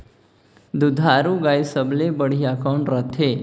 दुधारू गाय सबले बढ़िया कौन रथे?